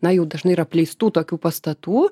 na jau dažnai ir apleistų tokių pastatų